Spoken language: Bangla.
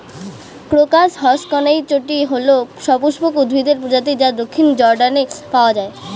ক্রোকাস হসকনেইচটি হল সপুষ্পক উদ্ভিদের প্রজাতি যা দক্ষিণ জর্ডানে পাওয়া য়ায়